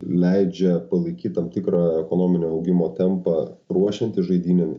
leidžia palaikyt tam tikrą ekonominio augimo tempą ruošiantis žaidynėm